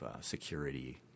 security